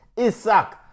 Isaac